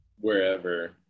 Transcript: wherever